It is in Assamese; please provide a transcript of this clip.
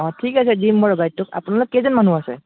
অঁ ঠিক আছে দিম বাৰু বাইদেউ আপোনালোক কেইজন মানুহ আছে